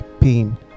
pain